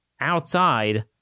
outside